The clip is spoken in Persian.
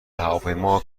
هواپیما